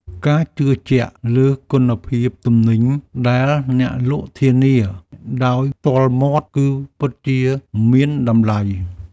ការជឿជាក់លើគុណភាពទំនិញដែលអ្នកលក់ធានាឱ្យដោយផ្ទាល់មាត់គឺពិតជាមានតម្លៃ។